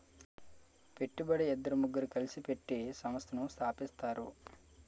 పెట్టుబడి ఇద్దరు ముగ్గురు కలిసి పెట్టి సంస్థను స్థాపిస్తారు